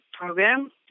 program